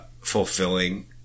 fulfilling